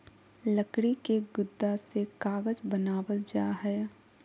लकड़ी के गुदा से कागज बनावल जा हय